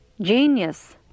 genius